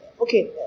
okay